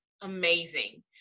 Amazing